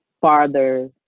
farther